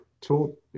tool